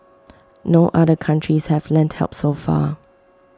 no other countries have lent help so far